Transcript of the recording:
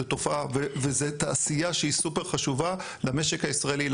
זו תופעה וזו תעשייה שהיא סופר חשובה למשק הישראלי,